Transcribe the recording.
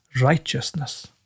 righteousness